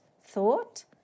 thought